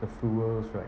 the fuel right